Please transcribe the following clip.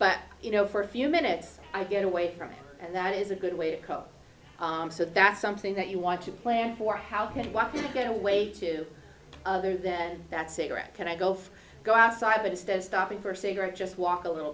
but you know for a few minutes i get away from it and that is a good way to cope so that's something that you want to plan for how can one get away to other then that cigarette can i go for go outside but instead of stopping for a cigarette just walk a little